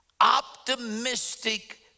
optimistic